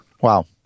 wow